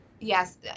Yes